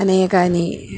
अनेकानि